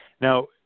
Now